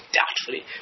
doubtfully